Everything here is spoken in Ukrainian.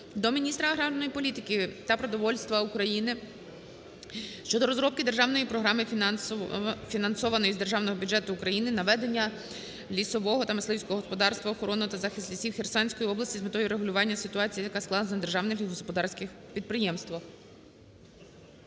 до міністра аграрної політики та продовольства України щодо розробки державної програми, фінансованої з Державного бюджету України на ведення лісового та мисливського господарства, охорону та захист лісів Херсонської області з метою врегулювання ситуації, яка склалась на державних лісогосподарських підприємствах.